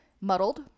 muddled